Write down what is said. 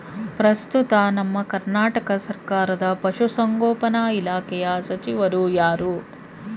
ಪ್ರಸ್ತುತ ನಮ್ಮ ಕರ್ನಾಟಕ ಸರ್ಕಾರದ ಪಶು ಸಂಗೋಪನಾ ಇಲಾಖೆಯ ಸಚಿವರು ಯಾರು?